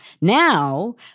Now